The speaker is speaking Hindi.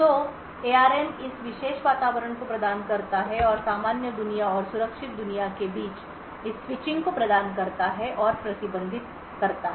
तो एआरएम इस विशेष वातावरण को प्रदान करता है और सामान्य दुनिया और सुरक्षित दुनिया के बीच इस स्विचिंग को प्रदान करता है और प्रबंधित करता है